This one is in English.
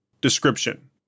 Description